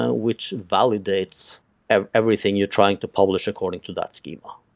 ah which validates ah everything you're trying to publish according to that schema.